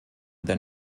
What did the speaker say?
than